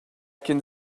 can